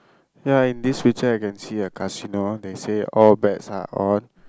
ya in this picture I can see a casino that say all bets are on